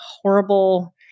horrible